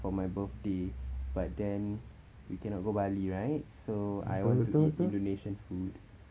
for my birthday but then we cannot go bali right so I want to eat indonesian food